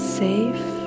safe